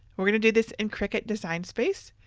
we're going to do this in cricut design space.